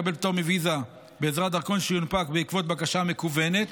לקבל פטור מוויזה בעזרת דרכון שיונפק בעקבות בקשה מקוונת.